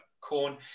Corn